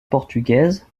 portugaise